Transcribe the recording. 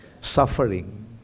suffering